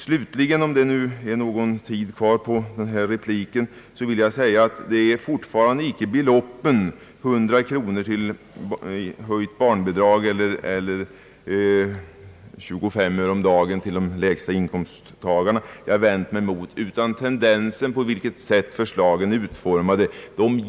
Slutligen vill jag säga att det fortfarande icke är beloppen, 100 kronor i höjt barnbidrag eller 25 öre om dagen till de lägsta inkomsttagarna, som jag vänt mig emot utan det sätt på vilket förslagen är utformade.